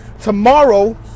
tomorrow